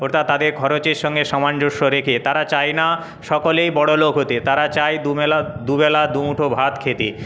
অর্থাৎ তাদের খরচের সঙ্গে সামঞ্জস্য রেখে তারা চায় না সকলেই বড়লোক হতে তারা চায় দুবেলা দুমুঠো ভাত খেতে